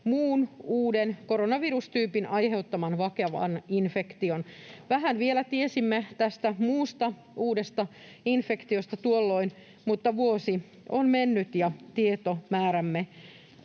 muun uuden koronavirustyypin aiheuttaman vakavan infektion. Vähän vielä tuolloin tiesimme tästä muusta uudesta infektiosta, mutta vuosi on mennyt ja tietomäärämme